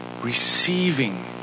receiving